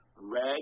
red